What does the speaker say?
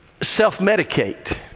self-medicate